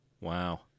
Wow